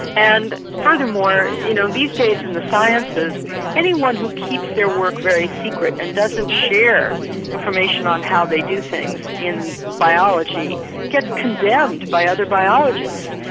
and furthermore you know these days in the sciences anyone who keeps their work very secret and doesn't share information on how they do things in biology gets condemned by other biologists.